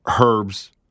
herbs